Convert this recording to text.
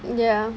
ya